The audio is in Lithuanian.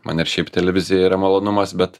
man ir šiaip televizija yra malonumas bet